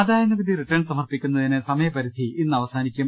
ആദായ നികുതി റിട്ടേൺ സമർപ്പിക്കുന്നതിന് സമയ പരിധി ഇന്ന് അവസാനിക്കും